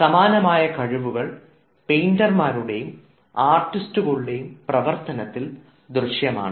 സമാനമായ കഴിവുകൾ പെയിൻറുമാരുടെയും ആർട്ടിസ്റ്റുകളുടെയും പ്രവർത്തനത്തിൽ ദൃശ്യമാണ്